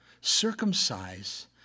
circumcise